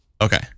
okay